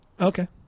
Okay